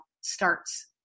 starts